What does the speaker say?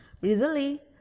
Recently